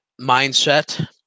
mindset